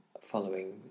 following